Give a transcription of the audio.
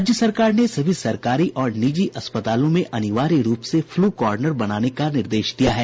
राज्य सरकार ने सभी सरकारी और निजी अस्पतालों में अनिवार्य रूप से फ्लू कॉर्नर बनाने का निर्देश दिया है